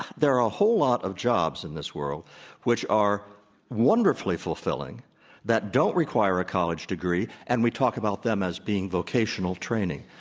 there are a whole lot of jobs in this world which are wonderfully fulfilling that don't require a college degree and we talk about them as being vocational training.